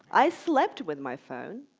i slept with my phone,